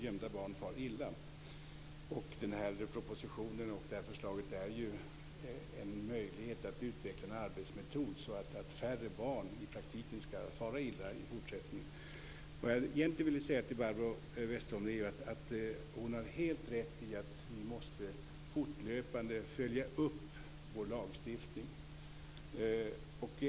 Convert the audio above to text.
Gömda barn far illa. Denna proposition och detta förslag är ju en möjlighet att utveckla en arbetsmetod så att färre barn i praktiken skall fara illa i fortsättningen. Vad jag egentligen ville säga till Barbro Westerholm är att hon har helt rätt i att vi måste följa upp vår lagstiftning fortlöpande.